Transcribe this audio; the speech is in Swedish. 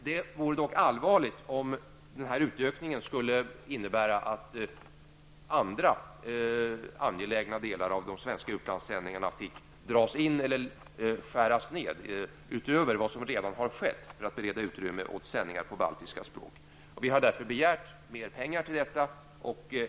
Det vore dock allvarligt om den här utökningen skulle innebära att andra angelägna delar av de svenska utlandssändningarna fick dras in eller skäras ner, utöver vad som redan har skett, för att bereda utrymme åt sändningar på baltiska språk. Vi har därför begärt mer pengar till detta.